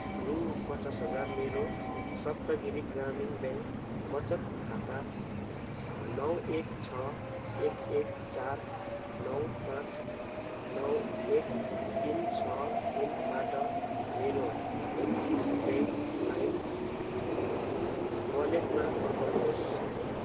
रु पचास हजार मेरो सप्तगिरी ग्रामीण ब्याङ्क वचत खाता नौ एक छ एक एक चार नौ पाँच नौ एक तिन छ तिनबाट मेरो एक्सिस ब्याङ्क लाइम वालेटमा पठाउनुहोस्